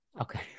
Okay